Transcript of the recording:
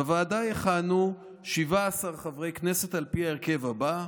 בוועדה יכהנו 17 חברי כנסת על פי ההרכב הבא: